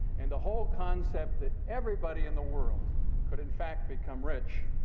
and the whole concept that everybody in the world could, in fact, become rich,